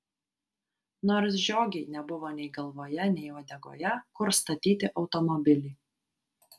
nors žiogei nebuvo nei galvoje nei uodegoje kur statyti automobilį